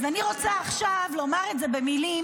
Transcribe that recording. אז אני רוצה עכשיו לומר את זה במילים